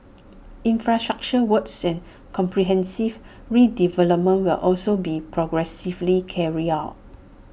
infrastructure works and comprehensive redevelopment will also be progressively carried out